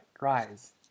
rise